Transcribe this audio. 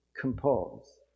compose